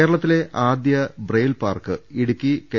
കേരളത്തിലെ ആദ്യത്തെ braille park Idukki K